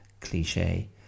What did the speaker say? cliche